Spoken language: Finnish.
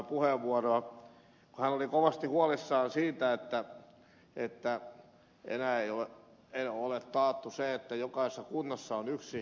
hän oli kovasti huolissaan siitä että enää ei ole taattu se että jokaisessa kunnassa on yksi postitoimipiste